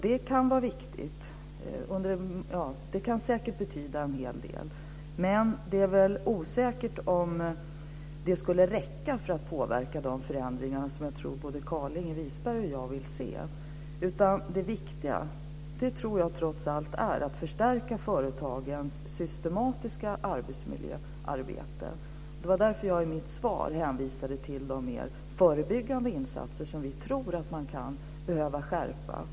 Det kan säkert betyda en hel del, men det är osäkert om det räcker för att påverka de förändringar som både Carlinge Wisberg och jag vill se. Det viktiga är trots allt att förstärka företagens systematiska arbetsmiljöarbete. Det var därför som jag i mitt svar hänvisade till de mer förebyggande insatser som kan behöva förstärkas och förändras.